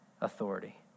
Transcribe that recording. authority